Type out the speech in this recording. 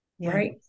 right